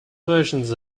versions